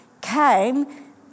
came